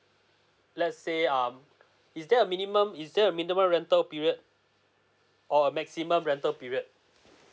let's say um is there a minimum is there a minimum rental period or a maximum rental period